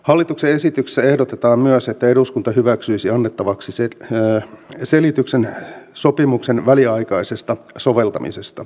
hallituksen esityksessä ehdotetaan myös että eduskunta hyväksyisi annettavaksi selityksen sopimuksen väliaikaisesta soveltamisesta